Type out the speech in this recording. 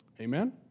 Amen